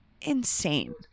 insane